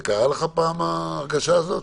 זה קרה לך פעם, ההרגשה הזאת,